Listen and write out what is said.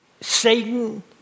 Satan